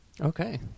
Okay